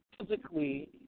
physically